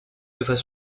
domaine